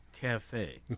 Cafe